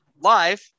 live